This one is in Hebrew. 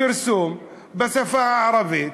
פרסום בשפה הערבית,